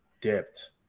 dipped